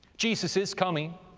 jesus is coming.